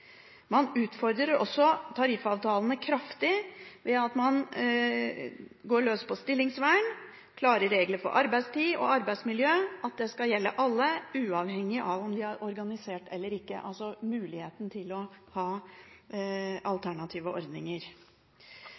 Man utfordrer også tariffavtalene kraftig ved at man går løs på stillingsvern og klare regler for arbeidstid og arbeidsmiljø, det at de skal gjelde alle uavhengig av om de er organisert eller ikke – altså muligheten til å ha alternative ordninger.